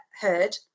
heard